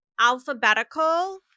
alphabetical